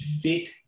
fit